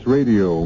Radio